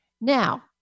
Now